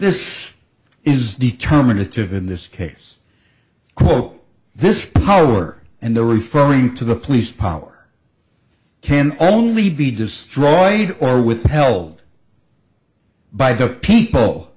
this is determinative in this case cool this power and the referring to the police power can only be destroyed or withheld by the people